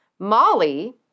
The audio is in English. Molly